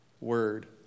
word